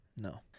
No